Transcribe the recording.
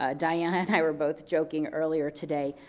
ah diana and i were both joking earlier today